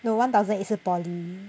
no one thousand eight 是 poly